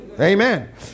amen